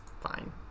Fine